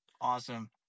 awesome